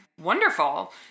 Wonderful